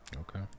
Okay